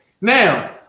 now